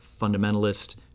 fundamentalist